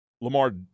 Lamar